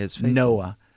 Noah